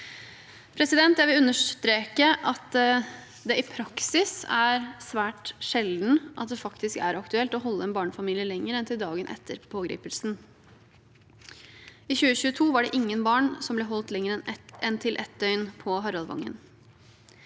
Jeg vil understreke at det i praksis er svært sjelden det faktisk er aktuelt å holde en barnefamilie lenger enn til dagen etter pågripelsen. I 2022 var det ingen barn som ble holdt lenger enn et døgn på Haraldvangen.